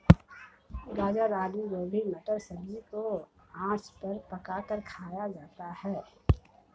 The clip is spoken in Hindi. गाजर आलू गोभी मटर सब्जी को आँच पर पकाकर खाया जाता है